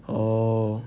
orh